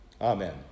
Amen